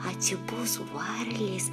atsibus varlės